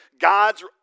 God's